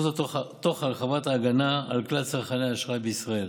וכל זאת תוך הרחבת ההגנה על כלל צרכני האשראי בישראל.